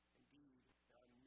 indeed